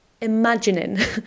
imagining